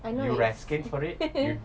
I know it's he he